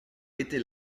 était